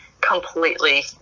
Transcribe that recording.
completely